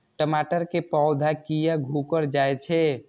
टमाटर के पौधा किया घुकर जायछे?